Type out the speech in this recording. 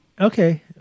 Okay